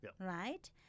right